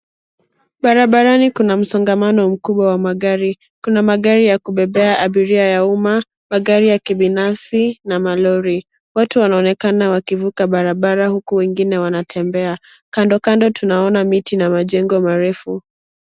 Barabrani kuna msongamano mkubwa wa magari. Kuna magari ya kubebea abiria ya umma, magari ya kibinafsi na malori. watu wanaonekana wakivuka barabara huku wengine wanatembea. Kando kando tunaona miti na majengo marefu.